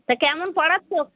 তা কেমন পড়াচ্ছে ওখানে